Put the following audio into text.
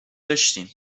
داشتیم